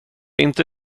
inte